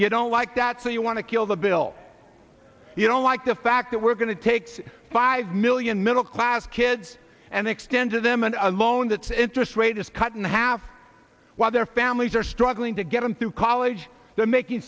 you don't like that so you want to kill the bill you don't like the fact that we're going to take five million middle class kids and extended them and a loan that's interest rate is cut in half while their families are struggling to get them through college they're making